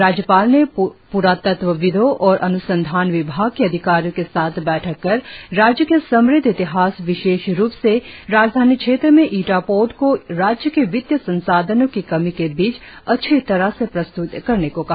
राज्यपाल ने प्रातत्वविदो और अन्संधान विभाग के अधिकारियों के साथ बैठक कर राज्य के समृद्ध इतिहास विशेष रुप से राजधानी क्षेत्र में ईटा पोर्ट को राज्य के वित्तीत संसाधनों की कमी के बीच अच्छी तरह से प्रस्त्त करने को कहा